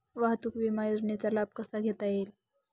वाहतूक विमा योजनेचा लाभ कसा घेता येईल?